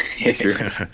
experience